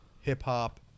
hip-hop